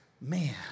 man